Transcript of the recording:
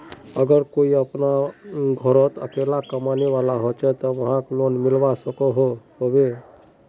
अगर कोई अपना घोरोत अकेला कमाने वाला होचे ते वाहक लोन मिलवा सकोहो होबे?